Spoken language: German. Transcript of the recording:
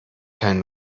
kein